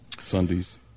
Sundays